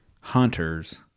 hunters